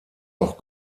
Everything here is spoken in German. auch